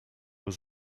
was